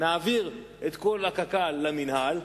נעביר את קק"ל למינהל,